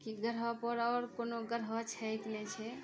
कि ग्रहपर आओर कोनो ग्रह छै कि नहि छै